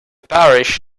parish